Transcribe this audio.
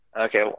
Okay